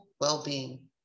well-being